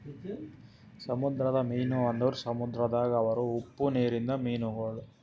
ಸಮುದ್ರದ ಮೀನು ಅಂದುರ್ ಸಮುದ್ರದಾಗ್ ಇರವು ಉಪ್ಪು ನೀರಿಂದ ಮೀನುಗೊಳ್